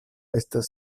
estas